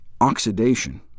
oxidation